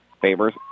Favors